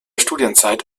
studienzeit